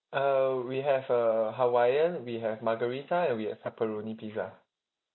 uh we have uh hawaiian we have margarita and we have pepperoni pizza